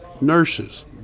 nurses